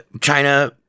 China